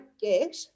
get